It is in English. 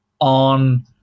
on